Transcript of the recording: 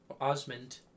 Osmond